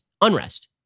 unrest